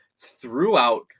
throughout